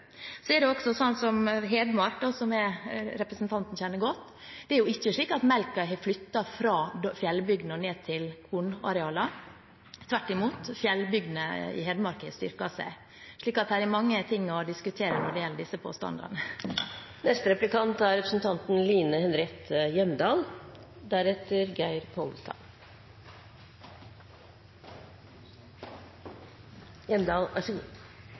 Hedmark, som representanten kjenner godt, er det ikke slik at melkeproduksjonen har flyttet fra fjellbygdene og ned til kornarealene. Tvert imot: Fjellbygdene i Hedmark har styrket seg. Så det er mange ting å diskutere når det gjelder disse påstandene. Statsråden sa det omtrent slik: Hun var i overkant opptatt av vestlandslandbruket. Det er